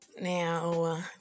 Now